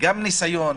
גם ניסיון,